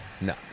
No